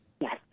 Yes